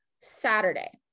Saturday